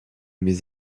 mes